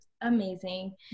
amazing